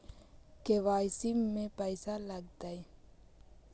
KYC में पैसा लगतै?